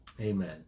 Amen